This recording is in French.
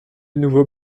nouveau